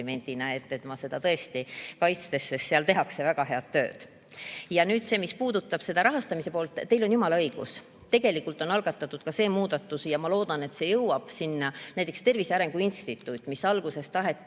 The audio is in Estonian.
et ma seda tõesti kaitsen, sest seal tehakse väga head tööd. Ja nüüd see, mis puudutab seda rahastamise poolt. Teil on jumala õigus, tegelikult on algatatud ka muudatus ja ma loodan, et see jõuab sinna. Näiteks Tervise Arengu Instituut, mis alguses taheti